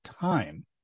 time